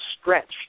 stretched